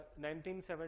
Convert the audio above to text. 1970